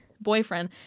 boyfriend